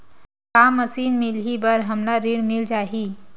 का मशीन मिलही बर हमला ऋण मिल जाही?